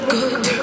good